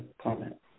comment